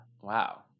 Wow